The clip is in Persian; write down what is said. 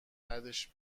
بدش